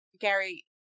Gary